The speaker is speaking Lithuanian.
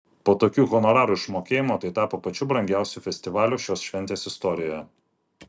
po tokių honorarų išmokėjimo tai tapo pačiu brangiausiu festivaliu šios šventės istorijoje